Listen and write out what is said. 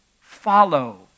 Follow